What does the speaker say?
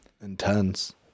intense